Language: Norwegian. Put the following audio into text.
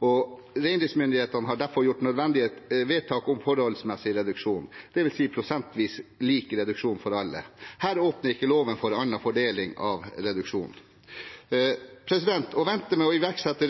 og reindriftsmyndighetene har derfor gjort nødvendige vedtak om forholdsmessig reduksjon, dvs. prosentvis lik reduksjon for alle. Her åpner ikke loven opp for en annen fordeling av reduksjonen. Å vente med å iverksette